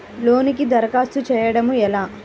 లోనుకి దరఖాస్తు చేయడము ఎలా?